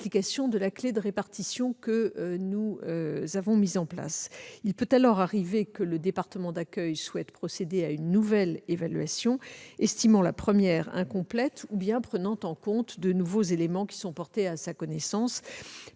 de la clef de répartition que nous avons mise en place. Il peut alors arriver que le département d'accueil souhaite procéder à une nouvelle évaluation, parce qu'il estime la première incomplète ou bien parce qu'il prend en compte de nouveaux éléments qui sont portés à sa connaissance